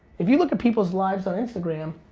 if you look at people's lives on instagram,